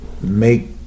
make